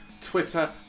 twitter